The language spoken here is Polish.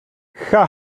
cha